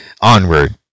onward